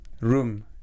room